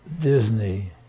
Disney